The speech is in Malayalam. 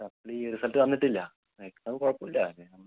സപ്ലീ റിസൾട്ട് വന്നിട്ടില്ല എക്സാമ് കുഴപ്പമില്ല